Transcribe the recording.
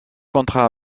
contrat